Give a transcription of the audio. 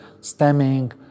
stemming